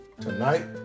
tonight